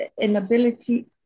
Inability